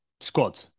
squad